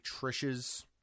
Trish's